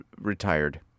retired